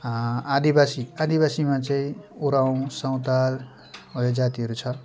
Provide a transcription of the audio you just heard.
आदिवासी आदिवासीमा चाहिँ उराव सन्तलाल हो यो जातिहरू छ